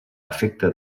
afecta